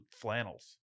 flannels